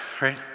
right